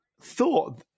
thought